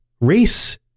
Race